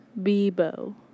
Bebo